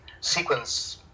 sequence